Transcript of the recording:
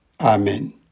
Amen